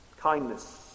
kindness